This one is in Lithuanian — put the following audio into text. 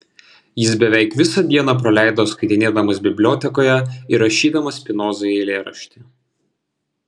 jis beveik visą dieną praleido skaitinėdamas bibliotekoje ir rašydamas spinozai eilėraštį